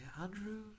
Andrew